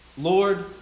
lord